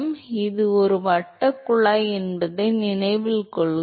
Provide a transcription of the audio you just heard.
எனவே இது ஒரு வட்ட குழாய் என்பதை நினைவில் கொள்க